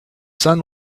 sun